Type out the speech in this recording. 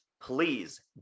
Please